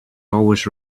always